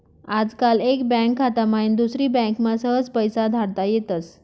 आजकाल एक बँक खाता माईन दुसरी बँकमा सहज पैसा धाडता येतस